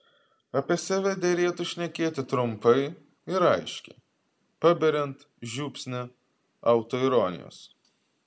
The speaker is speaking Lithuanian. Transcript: apie save derėtų šnekėti trumpai ir aiškiai paberiant žiupsnį autoironijos